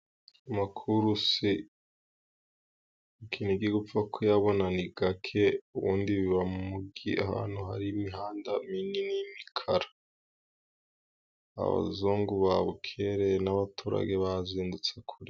Amakurusi mu Kinigi gupfa kuyabona ni gake, ubundi biba mu mu mugi ahantu hari imihanda minini y'imikara. Abazungu ba bukereye n'abaturage bazindutse kureba.